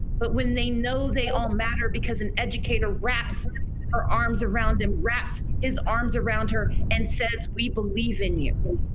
but when they know they all matter because an educator wraps her arms around and wraps his arms around her and says we believe in you.